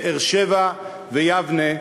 באר-שבע ויבנה.